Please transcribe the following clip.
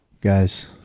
Guys